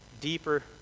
deeper